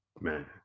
Man